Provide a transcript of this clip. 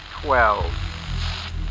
Twelve